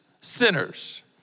sinners